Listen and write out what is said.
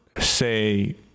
say